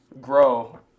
grow